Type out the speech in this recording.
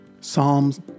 Psalms